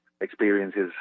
experiences